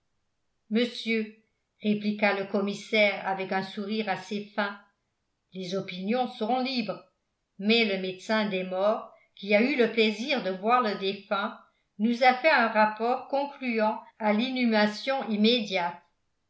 monsieur répliqua le commissaire avec un sourire assez fin les opinions sont libres mais le médecin des morts qui a eu le plaisir de voir le défunt nous a fait un rapport concluant à l'inhumation immédiate